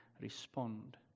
respond